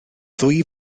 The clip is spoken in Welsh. ddwy